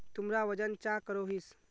तुमरा वजन चाँ करोहिस?